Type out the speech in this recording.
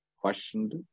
questioned